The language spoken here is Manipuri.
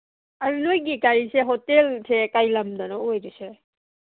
ꯅꯣꯏꯗꯤ ꯀꯔꯤꯁꯦ ꯍꯣꯇꯦꯜꯁꯦ ꯀꯔꯤ ꯂꯝꯗꯅꯣ ꯑꯣꯏꯔꯤꯁꯦ